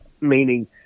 meaning